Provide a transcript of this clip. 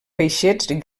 peixets